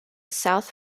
south